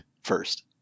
first